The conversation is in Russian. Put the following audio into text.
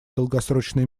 долгосрочный